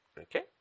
okay